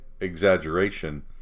exaggeration